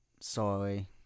Sorry